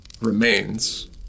remains